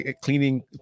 cleaning